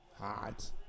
hot